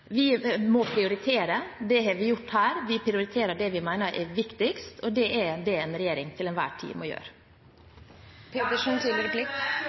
Vi må prioritere. Det har vi gjort her. Vi prioriterer det vi mener er viktigst, og det er det en regjering til enhver tid må